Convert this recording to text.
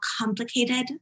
complicated